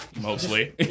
mostly